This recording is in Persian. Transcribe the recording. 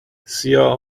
سیاه